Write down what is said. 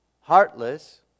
heartless